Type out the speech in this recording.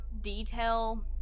detail